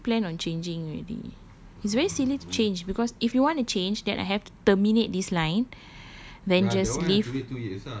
no I don't plan on changing already it's very silly to change because if you want to change then I have terminate this line then just leave